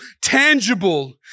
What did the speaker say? tangible